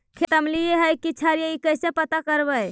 खेत अमलिए है कि क्षारिए इ कैसे पता करबै?